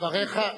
דבריך,